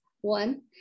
one